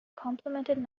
complimented